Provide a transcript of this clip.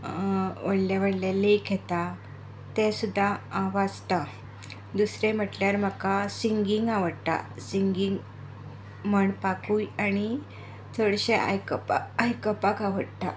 व्हडले व्हडले लेख येता ते सुद्दां हांव वाचतां दुसरें म्हणल्यार म्हाका सिंगींग आवडटा सिंगींग म्हणपाकूय आनी चडशें आयकपा आयकपाक आवडटा